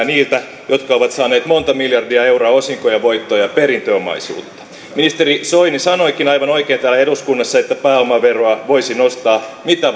niiltä jotka ovat saaneet monta miljardia euroa osinkoja voittoja perintöomaisuutta ministeri soini sanoikin aivan oikein täällä eduskunnassa että pääomaveroa voisi nostaa mitä